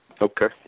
Okay